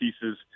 pieces